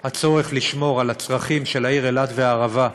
הצורך לשמור על הצרכים של העיר אילת והערבה,